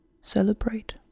celebrate